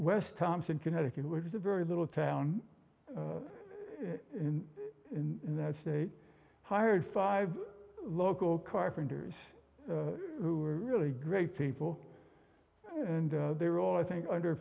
west thompson connecticut which is a very little town in that state hired five local carpenters who are really great people and they're all i think under